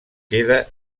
queda